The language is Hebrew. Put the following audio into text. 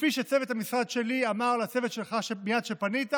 וכפי שצוות המשרד שלי אמר לצוות שלך מייד כשפנית,